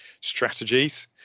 strategies